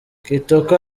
kitoko